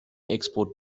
export